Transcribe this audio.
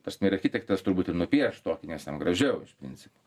tas architektas turbūt ir nupieš tokį nes jam gražiau iš principo